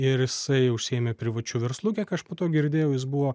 ir jisai užsiėmė privačiu verslu kiek aš po to girdėjau jis buvo